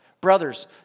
Brothers